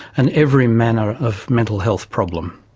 and every manner of mental health problem.